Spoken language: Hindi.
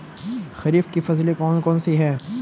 खरीफ की फसलें कौन कौन सी हैं?